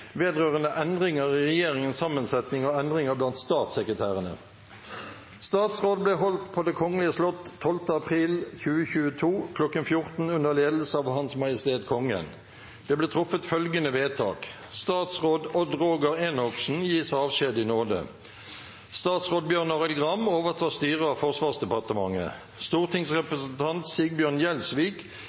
vedrørende endringer i regjeringens sammensetning og endringer blant statssekretærene: «Statsråd ble holdt på Det kongelige slott 12. april 2022 kl. 1400 under ledelse av Hans Majestet Kongen. Det ble truffet følgende vedtak: Statsråd Odd Roger Enoksen gis avskjed i nåde. Statsråd Bjørn Arild Gram overtar styret av Forsvarsdepartementet. Stortingsrepresentant Sigbjørn Gjelsvik